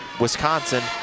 Wisconsin